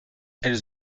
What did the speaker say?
elles